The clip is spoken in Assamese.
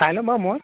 চাই ল'ম বাৰু মই